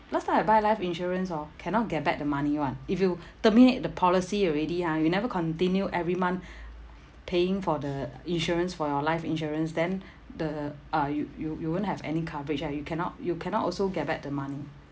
last time I buy life insurance orh cannot get back the money [one] if you terminate the policy already ah you never continue every month paying for the insurance for your life insurance then the uh you you you won't have any coverage ah you cannot you cannot also get back the money